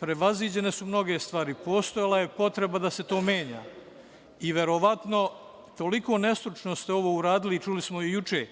prevaziđene su mnoge stvari. Postojala je potreba da se to menja i verovatno ste toliko nestručno ovo uradili, čuli smo i juče,